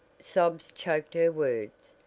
sobs choked her words,